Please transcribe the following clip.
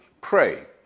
pray